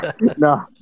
No